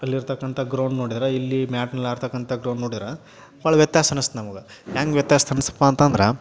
ಅಲ್ಲಿ ಇರತಕ್ಕಂಥ ಗ್ರೌಂಡ್ ನೋಡಿದ್ರೆ ಇಲ್ಲಿ ಮ್ಯಾಟ್ನಲ್ಲಿ ಆಡತಕ್ಕಂಥ ಗ್ರೌಂಡ್ ನೋಡಿರೆ ಭಾಳ ವ್ಯತ್ಯಾಸ ಅನಿಸ್ತ್ ನಮಗ ಹೆಂಗೆ ವ್ಯತ್ಯಾಸ ಅನಿಸ್ತಪ್ಪ ಅಂತಂದ್ರೆ